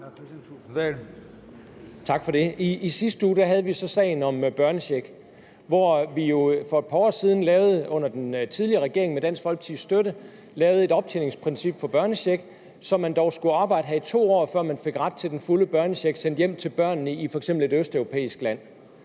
Tak for det. I sidste uge havde vi så sagen om børnechecken, hvor vi jo for et par år siden under den tidligere regering med Dansk Folkepartis støtte lavede et optjeningsprincip for børnecheck, så man dog skulle arbejde her i 2 år, før man fik ret til den fulde børnecheck sendt hjem til børnene i f.eks. et østeuropæisk land.